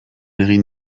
egin